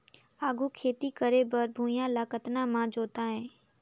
आघु खेती करे बर भुइयां ल कतना म जोतेयं?